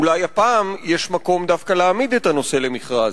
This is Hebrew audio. אולי הפעם יש מקום דווקא להעמיד את הנושא למכרז?